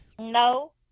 No